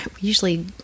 usually